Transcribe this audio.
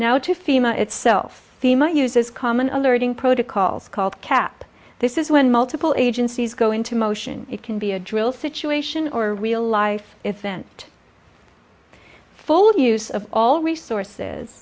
now to fema itself thema uses common alerting protocols called cap this is when multiple agencies go into motion it can be a drill situation or real life event full of use of all resources